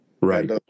Right